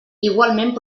igualment